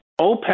OPEC